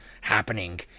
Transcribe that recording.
happening